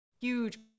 huge